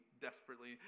desperately